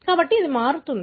కాబట్టి ఇది మారుతుంది